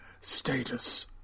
status